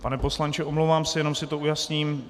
Pane poslanče, omlouvám se, jenom si to ujasním.